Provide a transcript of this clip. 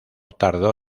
tardó